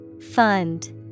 Fund